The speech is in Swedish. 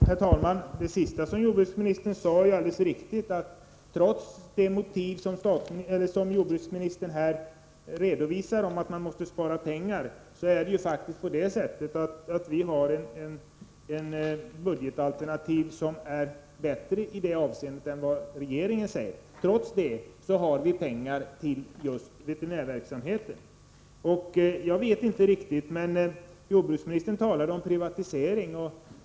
Herr talman! Det sista som jordbruksministern sade är alldeles riktigt. Jordbruksministern redovisar som motiv att man måste spara pengar. Vi har faktiskt ett budgetalternativ som är bättre i det avseendet, och trots det har vi pengar till just veterinärverksamheten. Jordbruksministern talade om privatisering.